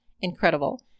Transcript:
Incredible